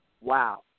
Wow